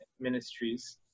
ministries